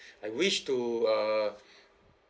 I wish to uh